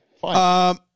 Fine